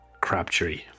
Crabtree